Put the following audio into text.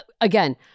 again